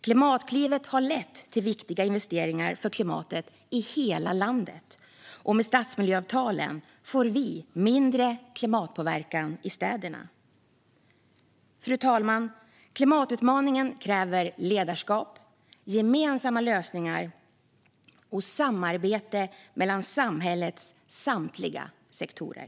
Klimatklivet har lett till viktiga investeringar för klimatet i hela landet, och med stadsmiljöavtalen får vi mindre klimatpåverkan i städerna. Fru talman! Klimatutmaningen kräver ledarskap, gemensamma lösningar och samarbete mellan samhällets samtliga sektorer.